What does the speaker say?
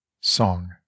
Song